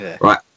Right